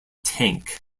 tank